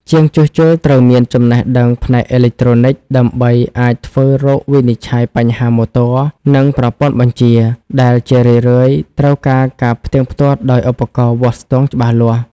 ជាងជួសជុលត្រូវមានចំណេះដឹងផ្នែកអេឡិចត្រូនិកដើម្បីអាចធ្វើរោគវិនិច្ឆ័យបញ្ហាម៉ូទ័រ និងប្រព័ន្ធបញ្ជា ដែលជារឿយៗត្រូវការការផ្ទៀងផ្ទាត់ដោយឧបករណ៍វាស់ស្ទង់ច្បាស់លាស់។